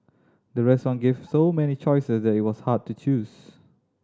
the restaurant gave so many choices that it was hard to choose